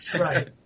Right